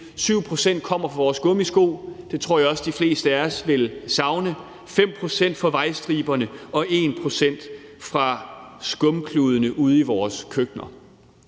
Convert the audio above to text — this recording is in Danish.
7 pct. kommer fra vores gummisko. Dem tror jeg også de fleste af os ville savne. 5 pct. kommer fra vejstriberne og 1 pct. fra skumkludene ude i vores køkkener.